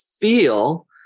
feel